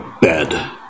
bed